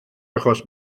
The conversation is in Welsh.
achos